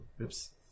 Oops